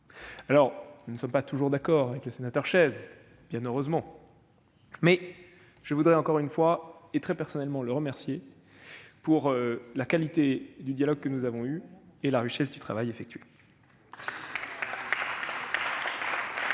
général. Je ne suis pas toujours d'accord avec le sénateur Patrick Chaize, et c'est heureux, mais je voudrais encore une fois, et très personnellement, le remercier de la qualité du dialogue que nous avons eu et de la richesse du travail effectué.